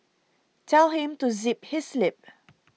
tell him to zip his lip